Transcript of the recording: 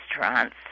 restaurants